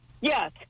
Yes